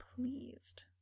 pleased